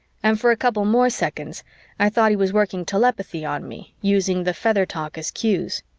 and for a couple more seconds i thought he was working telepathy on me, using the feather-talk as cues.